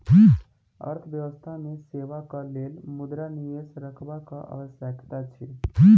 अर्थव्यवस्था मे सेवाक लेल मुद्रा निवेश करबाक आवश्यकता अछि